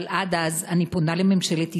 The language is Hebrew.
אבל עד אז אני פונה לממשלת ישראל,